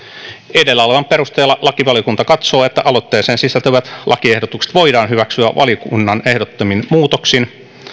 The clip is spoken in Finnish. edellä olevan perusteella lakivaliokunta katsoo että aloitteeseen sisältyvät lakiehdotukset voidaan hyväksyä valiokunnan ehdottamin muutoksin